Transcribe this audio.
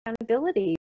accountability